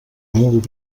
molt